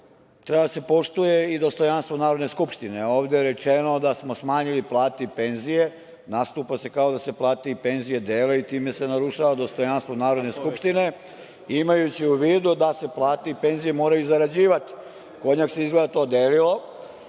treba da se poštuje i dostojanstvo Narodne skupštine. Ovde je rečeno da smo smanjili plate i penzije, nastupa se kao da se plate i penzije dele i time se narušava dostojanstvo Narodne skupštine, imajući u vidu da se plate i penzije moraju zarađivati. Kod njih se izgleda to delilo.